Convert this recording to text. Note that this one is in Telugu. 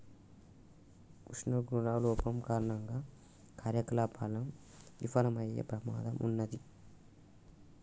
ఉజ్జోగుల లోపం కారణంగా కార్యకలాపాలు విఫలమయ్యే ప్రమాదం ఉన్నాది